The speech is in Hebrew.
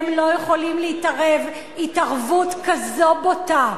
הם לא יכולים להתערב התערבות כזאת בוטה,